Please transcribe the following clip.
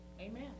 Amen